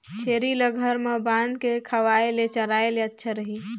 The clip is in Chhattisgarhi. छेरी ल घर म बांध के खवाय ले चराय ले अच्छा रही?